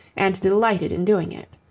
and delighted in doing it.